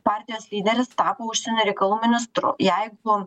partijos lyderis tapo užsienio reikalų ministru jeigu